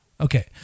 Okay